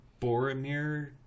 Boromir